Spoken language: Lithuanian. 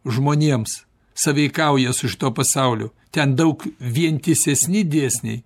žmonėms sąveikauja su šituo pasauliu ten daug vientisesni dėsniai